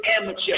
amateur